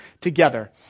together